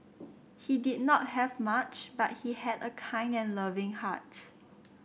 he did not have much but he had a kind and loving heart